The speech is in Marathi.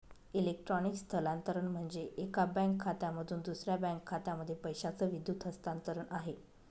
इलेक्ट्रॉनिक स्थलांतरण म्हणजे, एका बँक खात्यामधून दुसऱ्या बँक खात्यामध्ये पैशाचं विद्युत हस्तांतरण आहे